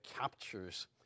captures